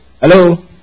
Hello